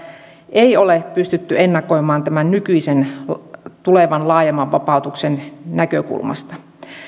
ei ole pystytty ennakoimaan tämän tulevan laajemman vapautuksen näkökulmasta